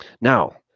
now